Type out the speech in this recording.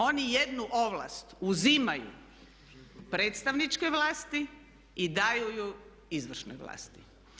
Oni jednu ovlast uzimaju predstavničkoj vlasti i daju je izvršnoj vlasti.